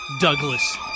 Douglas